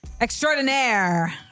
extraordinaire